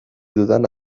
dudan